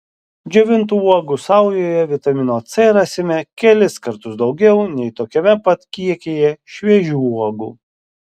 džiovintų uogų saujoje vitamino c rasime kelis kartus daugiau nei tokiame pat kiekyje šviežių uogų